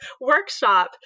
workshop